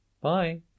bye